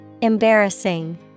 Embarrassing